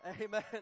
Amen